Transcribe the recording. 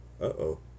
Uh-oh